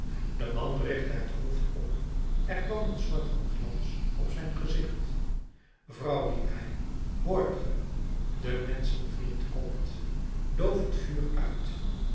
de man richtte het hoofd op er kwam een soort van glans op zijn gezicht vrouw riep hij hoort ge de menschenvriend komt doof het vuur uit